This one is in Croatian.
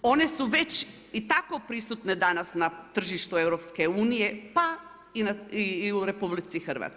One su već i tako prisutne danas na tržištu EU pa i u RH.